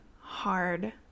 hard